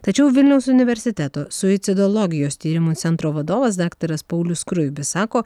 tačiau vilniaus universiteto suicidologijos tyrimų centro vadovas daktaras paulius skruibis sako